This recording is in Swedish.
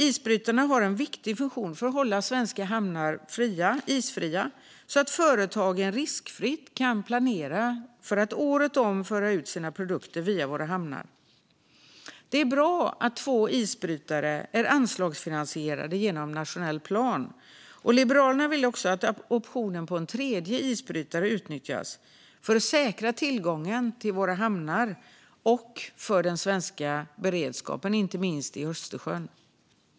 Isbrytarna har en viktig funktion för att hålla svenska hamnar isfria, så att företagen riskfritt kan planera för att året om föra ut sina produkter via våra hamnar. Det är bra att två isbrytare är anslagsfinansierade genom nationell plan. Liberalerna vill också att optionen på en tredje isbrytare utnyttjas för att säkra tillgången till våra hamnar och för den svenska beredskapen, inte minst i Östersjön.